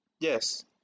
Yes